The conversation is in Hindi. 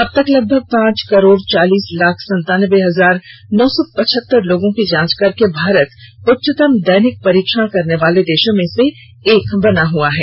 अब तक लगभग पांच करोड चालीस लाख संतानबे हजार नौ सौ पचहत्तर लोगों की जांच करके भारत उच्चतम दैनिक परीक्षण करने वाले देशों में से एक बना हुआ है